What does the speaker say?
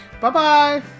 Bye-bye